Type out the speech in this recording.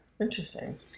interesting